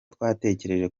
twatekereje